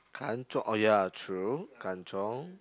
kanchiong oh ya true kanchiong